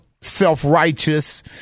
self-righteous